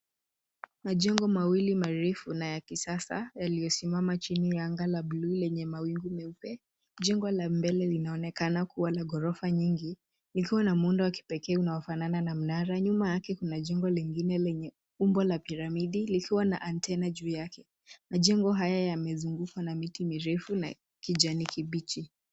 Majengo mawili marefu na ya kisasa yaliyosimama chini ya anga la bluu lenye mawingu meupe. Jengo la mbele linaonekana kuwa la ghorofa nyingi likiwa na muundo wa kipekee unaofanana na mnara. Nyuma yake kuna jengo lingine lenye umbo la piramidi likiwa na antena juu yake. Majengo haya yamezungukwa na miti mirefu na kijani kibichi.